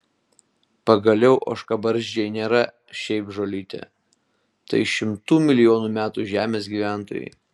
pagaliau ožkabarzdžiai nėra šiaip žolytė tai šimtų milijonų metų žemės gyventojai